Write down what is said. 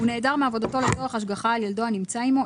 הוא נעדר מעבודתו לצורך השגחה על ילדו הנמצא עימו,